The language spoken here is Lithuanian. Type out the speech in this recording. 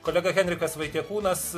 kolega henrikas vaitiekūnas